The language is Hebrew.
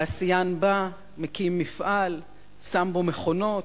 תעשיין בא, מקים מפעל, שם בו מכונות,